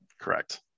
Correct